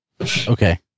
Okay